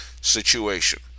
situation